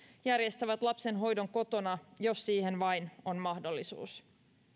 järjestävät lapsen hoidon kotona jos siihen vain on mahdollisuus